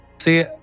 See